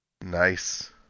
Nice